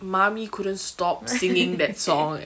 mummy couldn't stop singing that song